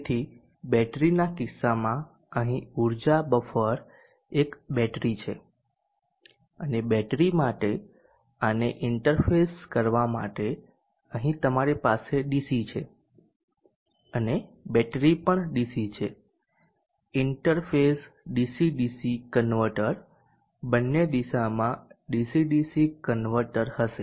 તેથી બેટરીના કિસ્સામાં અહીં ઊર્જા બફર એક બેટરી છે અને બેટરી માટે આને ઇન્ટરફેસ કરવા માટે અહીં તમારી પાસે ડીસી છે અને બેટરી પણ ડીસી છે ઇન્ટરફેસ ડીસી ડીસી કન્વર્ટર બંને દિશા માં ડીસી ડીસી કન્વર્ટર હશે